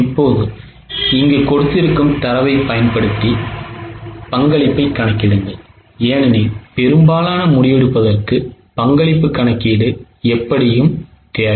இப்போது இந்தத் தரவைப் பயன்படுத்தி பங்களிப்பைக் கணக்கிடுங்கள் ஏனெனில் பெரும்பாலான முடிவெடுப்பதற்கு பங்களிப்பு கணக்கீடு எப்படியும் தேவை